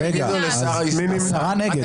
הצבעה לא אושרו.